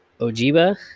Ojiba